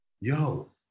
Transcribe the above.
yo